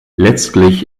letztlich